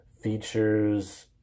features